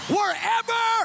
wherever